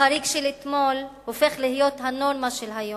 החריג של אתמול הופך להיות הנורמה של היום.